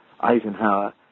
Eisenhower